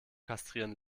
kastrieren